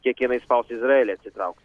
kiek jinai spaus izraelį atsitraukt